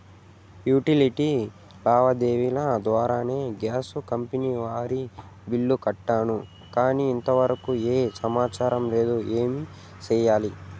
Utility లావాదేవీల ద్వారా నేను గ్యాస్ కంపెని వారి బిల్లు కట్టాను కానీ ఇంతవరకు ఏమి సమాచారం లేదు, ఏమి సెయ్యాలి?